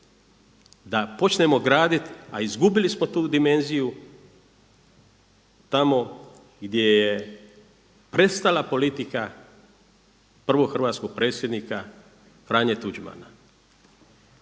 da počnemo graditi, a izgubili smo tu dimenziju tamo gdje je prestala politika prvog hrvatskog predsjednika Franje Tuđmana,